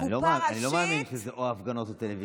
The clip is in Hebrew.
"קופה ראשית" אני לא מאמין שזה או הפגנות או טלוויזיה.